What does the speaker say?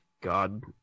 God